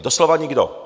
Doslova nikdo.